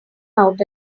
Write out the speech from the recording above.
out